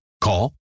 Call